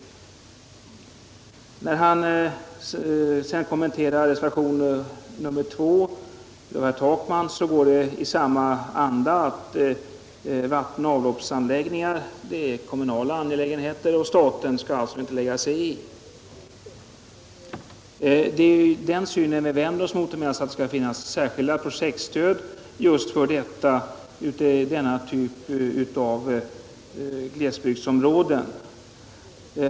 Och när herr Wictorsson kommenterar reservation nr 2 av herr Takman låter det på samma sätt: Vattenoch avloppsanläggningar är kommunala angelägenheter, och staten skall alltså inte lägga sig i. Det är den synen vi vänder oss mot. Vi anser alltså att det skall finnas särskilda projektstöd just för denna typ av glesbygdsområden.